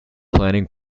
planning